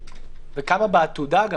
וגם כמה בעתודה.